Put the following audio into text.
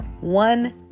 one